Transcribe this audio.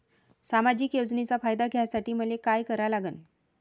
सामाजिक योजनेचा फायदा घ्यासाठी मले काय लागन?